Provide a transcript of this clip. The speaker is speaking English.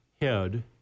head